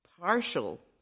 partial